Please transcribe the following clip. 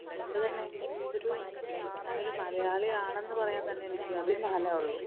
അതുകൊണ്ടുതന്നെ ഒരു ഞാനൊരു മലയാളിയാണെന്ന് പറയാൻ തന്നെ എനിക്ക് അഭിമാനമെ ഉള്ളു